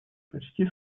почти